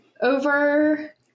over